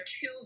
two